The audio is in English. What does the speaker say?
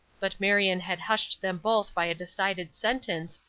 but marion had hushed them both by a decided sentence,